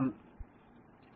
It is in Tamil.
இந்த பகுதி 0